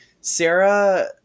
Sarah